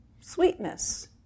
sweetness